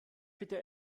bitte